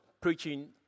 preaching